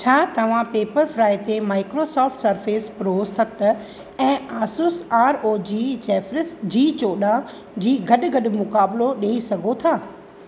छा तव्हां पेप्परफ्राई ते माइक्रोसॉफ्ट सरफेस प्रो सत ऐं आसुस आरओजी ज़ेफिरस जी चोॾहं जी गॾु गॾु मुक़ाबिलो ॾेई सघो था